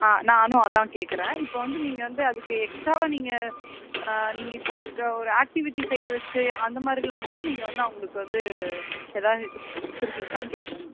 ஆ நானும் அதான் கேட்குறேன் இப்போ வந்து நீங்கள் வந்து அதுக்கு எக்ஸ்ட்ராவாக நீங்கள் நீங்கள் இப்போ ஒரு க ஒரு ஆக்ட்டிவிட்டி செய்ய வச்சு அந்த மாதிரிலாம் கூட நீங்கள் வந்து அவங்களுக்கு வந்து எதாவது இது கொடுத்துருக்கிங்களான்னு கேட்குறேன்